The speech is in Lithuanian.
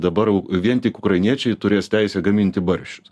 dabar vien tik ukrainiečiai turės teisę gaminti barščius